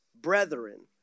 brethren